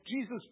Jesus